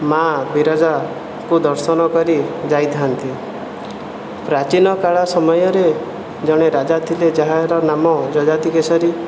ମାଆ ବିରଜାଙ୍କୁ ଦର୍ଶନ କରିଯାଇଥାନ୍ତି ପ୍ରାଚୀନକାଳ ସମୟରେ ଜଣେ ରାଜା ଥିଲେ ଯାହାର ନାମ ଯଯାତି କେଶରୀ